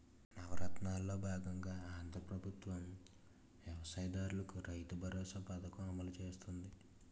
నవరత్నాలలో బాగంగా ఆంధ్రా ప్రభుత్వం వ్యవసాయ దారులకు రైతుబరోసా పథకం అమలు చేస్తుంది